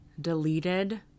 deleted